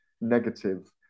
negative